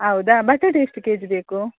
ಹೌದಾ ಬಟಾಟೆ ಎಷ್ಟು ಕೆಜಿ ಬೇಕು